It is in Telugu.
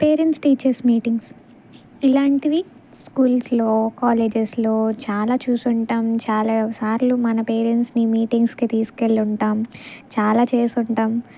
పేరెంట్స్ టీచర్స్ మీటింగ్స్ ఇలాంటివి స్కూల్స్లో కాలేజెస్లో చాలా చూసి ఉంటాము చాలా సార్లు మన పేరెంట్స్ని మీటింగ్స్కి తీసుకు వెళ్ళి ఉంటాము చాలా చేసి ఉంటాము